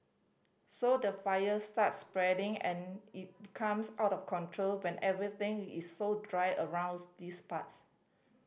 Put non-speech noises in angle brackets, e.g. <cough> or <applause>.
so the fire starts spreading and it becomes out of control when everything is so dry around <unintelligible> these parts